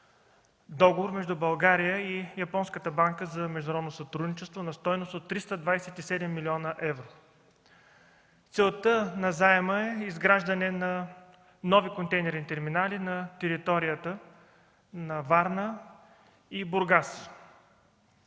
Договор между България и Японската банка за международно сътрудничество на стойност от 327 млн. евро. Целта на заема е изграждане на нови контейнерни терминали на територията на Варна и Бургас.